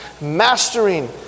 mastering